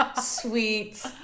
sweet